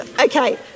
Okay